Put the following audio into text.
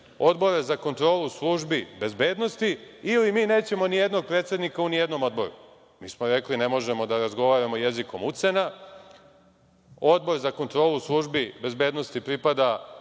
Odbora za kontrolu službi bezbednosti ili mi nećemo nijednog predsednika u nijednom odboru. Mi smo rekli – ne možemo da razgovaramo jezikom ucena, Odbor za kontrolu službi bezbednosti pripada